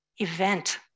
event